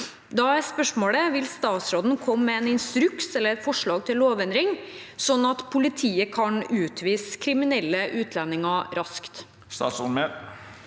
Vil statsråden komme med en instruks eller forslag til lovendring slik at politiet kan utvise kriminelle utlendinger raskt?»